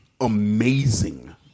amazing